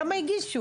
כמה הגישו?